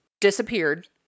disappeared